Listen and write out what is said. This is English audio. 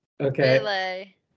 Okay